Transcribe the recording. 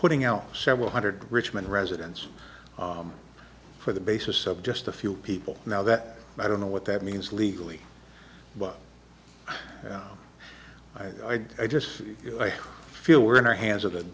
putting out several hundred richmond residents for the basis of just a few people now that i don't know what that means legally but i just feel we're in our hands of the